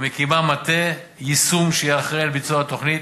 ומקימה מטה יישום שיהיה אחראי לביצוע התוכנית,